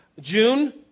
June